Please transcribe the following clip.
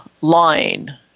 line